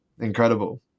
Incredible